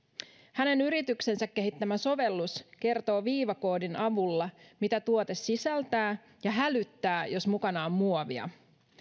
hänen yrityksensä kehittämä sovellus kertoo viivakoodin avulla mitä tuote sisältää ja hälyttää jos mukana on muovia